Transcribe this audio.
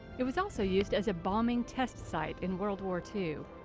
it was also used as a bombing test site in world war two.